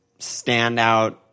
standout